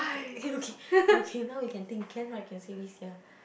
okay okay now we can think can right can say this ya